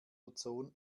ozon